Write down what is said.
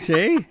See